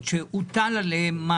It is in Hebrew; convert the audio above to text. מה הרווח התפעולי שלהם.